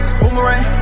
boomerang